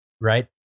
right